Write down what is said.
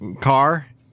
car